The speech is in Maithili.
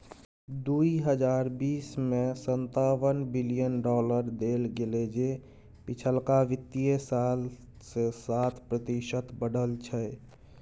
दुइ हजार बीस में सनतावन बिलियन डॉलर देल गेले जे पिछलका वित्तीय साल से सात प्रतिशत बढ़ल छै